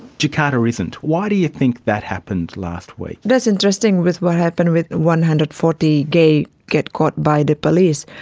jakarta isn't. why do you think that happened last week? that's interesting with what happened with one hundred and forty gay get caught by the police.